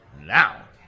now